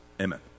amen